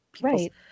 right